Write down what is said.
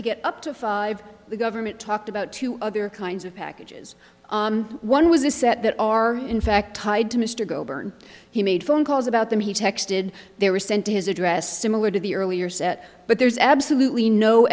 to get up to five the government talked about two other kinds of packages one was a set that are in fact tied to mr go burn he made phone calls about them he texted they were sent to his address similar to the earlier set but there's absolutely no